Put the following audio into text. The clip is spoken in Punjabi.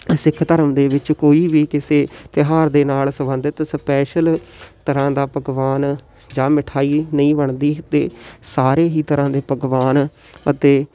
ਸਿੱਖ ਧਰਮ ਦੇ ਵਿੱਚ ਕੋਈ ਵੀ ਕਿਸੇ ਤਿਉਹਾਰ ਦੇ ਨਾਲ ਸੰਬੰਧਿਤ ਸਪੈਸ਼ਲ ਤਰ੍ਹਾਂ ਦਾ ਪਕਵਾਨ ਜਾਂ ਮਿਠਾਈ ਨਹੀਂ ਬਣਦੀ ਅਤੇ ਸਾਰੇ ਹੀ ਤਰ੍ਹਾਂ ਦੇ ਪਕਵਾਨ ਅਤੇ